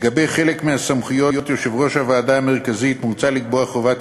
לגבי חלק מסמכויות יושב-ראש הוועדה המרכזית מוצע לקבוע חובת